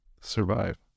survive